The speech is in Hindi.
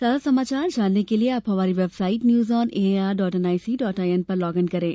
ताजा समाचार जानने के लिए आप हमारी website news on A I R dot N I C dot I N पर लॉग इन करें